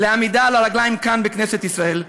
לעמידה על הרגליים כאן בכנסת ישראל,